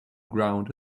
ground